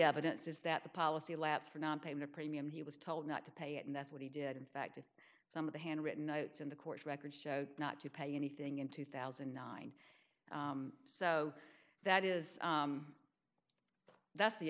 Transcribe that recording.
evidence is that the policy lapse for nonpayment of premium he was told not to pay it and that's what he did in fact some of the handwritten notes in the court records show not to pay anything in two thousand and nine so that is that's the